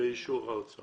באישור האוצר.